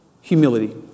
humility